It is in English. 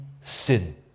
sin